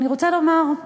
אני רוצה לומר,